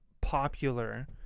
popular